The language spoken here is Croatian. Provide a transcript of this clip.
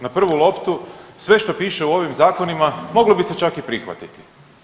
Na prvu loptu sve što piše u ovim zakonima moglo bi se čak i prihvatiti.